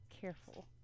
careful